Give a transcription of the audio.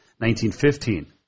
1915